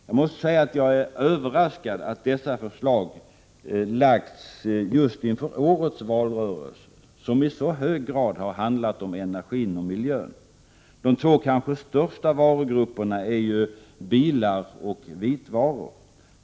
Jag måste säga att jag är överraskad över att dessa förslag har lagts fram just inför årets valrörelse, som i hög grad har handlat om energin och miljön. De två kanske största varugrupperna är ju bilar och vitvaror.